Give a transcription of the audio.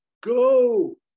Go